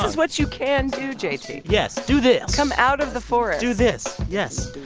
is what you can do, j t yes. do this come out of the forest do this. yes.